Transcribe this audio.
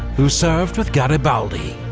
who served with garibaldi.